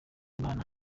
imana